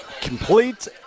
complete